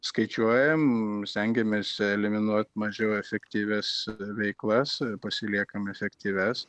skaičiuojam stengiamės eliminuot mažiau efektyvias veiklas pasiliekam efektyvias